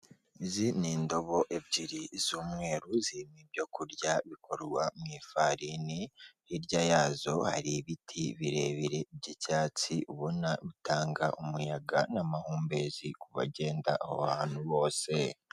Izindi ni indobo ebyiri z'umweru zirimo ibyokurya bikorwa mu ifarini, hirya yazo hari ibiti birebire by'icyatsi ubona bitanga umuyaga n'amahumbezi kubagenda aho ahantu bose.